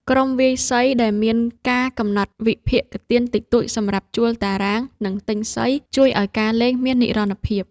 ក្រុមវាយសីដែលមានការកំណត់វិភាគទានតិចតួចសម្រាប់ជួលតារាង និងទិញសី ជួយឱ្យការលេងមាននិរន្តរភាព។